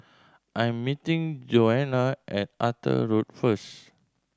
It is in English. I'm meeting Joana at Arthur Road first